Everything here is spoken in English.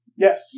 Yes